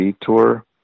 tour